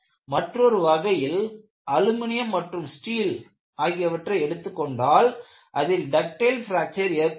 மற்றொரு வகையில் அலுமினியம் மற்றும் ஸ்டீல் ஆகியவற்றை எடுத்துக் கொண்டால் அதில் டக்டைல் பிராக்சர் ஏற்படுகிறது